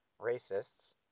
racists